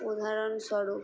উদাহরণস্বরূপ